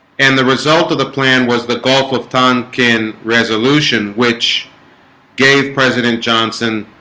and the result of the plan was the gulf of tonkin resolution which gave president johnson